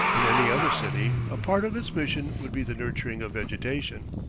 in any other city a part of its mission would be the nurturing of vegetation.